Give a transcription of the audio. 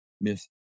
Miss